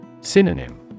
Synonym